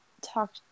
talk